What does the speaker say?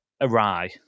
awry